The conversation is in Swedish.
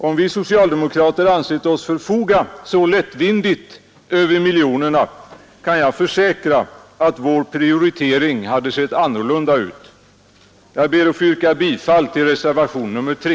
Om vi socialdemokrater ansett oss kunna förfoga så lättvindigt över miljonerna kan jag försäkra att vår prioritering hade sett annorlunda ut. Jag ber att få yrka bifall till reservationen 3.